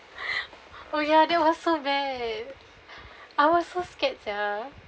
oh ya that was so bad scared sia